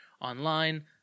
online